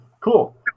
cool